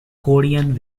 korean